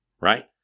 Right